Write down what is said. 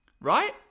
Right